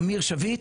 אמיר שביט,